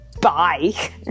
Bye